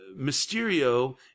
Mysterio